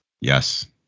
yes